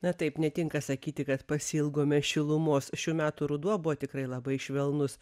na taip netinka sakyti kad pasiilgome šilumos šių metų ruduo buvo tikrai labai švelnus